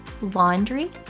laundry